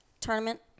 tournament